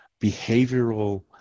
behavioral